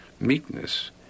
meekness